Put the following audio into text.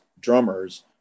drummers